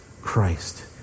Christ